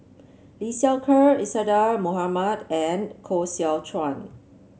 Lee Seow Ser Isadhora Mohamed and Koh Seow Chuan